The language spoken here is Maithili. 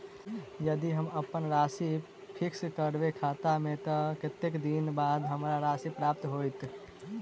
यदि हम अप्पन राशि फिक्स करबै खाता मे तऽ कत्तेक दिनक बाद हमरा राशि प्राप्त होइत?